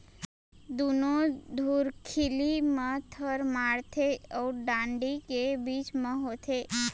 दुनो धुरखिली म थर माड़थे अउ डांड़ी के बीच म होथे